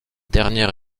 dernier